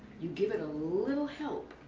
you give it a little help